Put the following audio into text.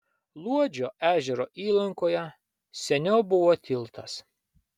luodžio ežero įlankoje seniau buvo tiltas